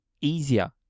easier